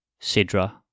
Sidra